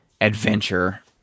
adventure